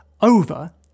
over